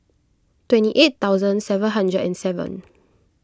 twenty eight thousand seven hundred and seven